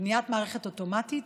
בניית מערכת אוטומטית